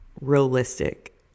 realistic